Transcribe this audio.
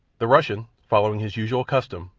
the russian, following his usual custom,